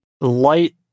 Light